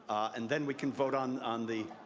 and then we can vote on on the